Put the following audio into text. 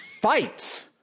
fight